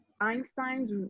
Einstein's